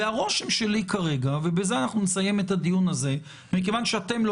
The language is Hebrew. והרושם שלי כרגע ובזה אנחנו נסיים את הדיון הזה ומכיוון שאתם לא